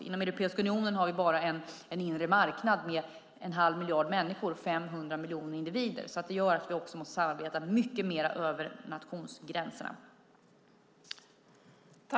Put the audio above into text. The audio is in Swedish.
Inom Europeiska unionen har vi en inre marknad med en halv miljard människor, 500 miljoner individer. Det gör att vi måste samarbeta mycket mer över nationsgränserna.